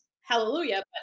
hallelujah